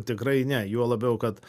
tikrai ne juo labiau kad